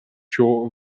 shore